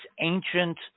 ancient